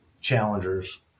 challengers